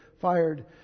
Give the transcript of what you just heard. fired